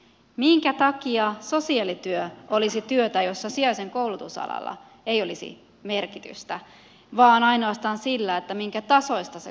minkä takia sosiaalityö olisi työtä jossa sijaisen koulutusalalla ei olisi merkitystä vaan ainoastaan sillä minkä tasoista se koulutus on